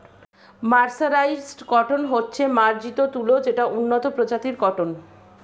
mercerised cotton হচ্ছে মার্জিত তুলো যেটা উন্নত প্রজাতির কটন